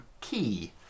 key